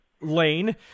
lane